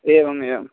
एवम् एवं